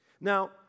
Now